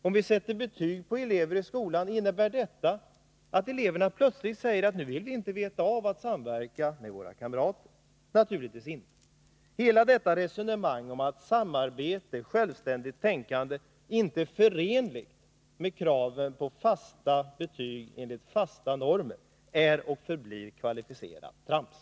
Om lärarna sätter betyg på elever i skolan, innebär det då att eleverna plötsligt säger: Nu vill vi inte veta av någon samverkan med våra kamrater? Naturligtvis inte! Hela resonemanget om att samarbete och självständigt tänkande inte är förenligt med kraven på fasta betyg enligt fasta normer är och förblir kvalificerat trams!